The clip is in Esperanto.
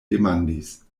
demandis